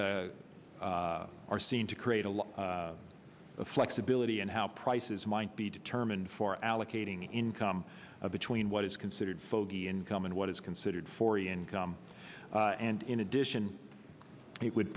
that are seen to create a lot of flexibility in how prices might be determined for allocating income between what is considered fogy income and what is considered for income and in addition it would